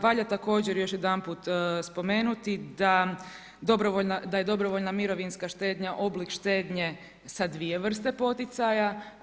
Valja također još jedanput spomenuti da je dobrovoljna mirovinska štednja oblik štednje sa dvije vrste poticaja.